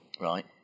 Right